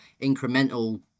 incremental